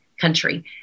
country